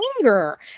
anger